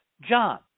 John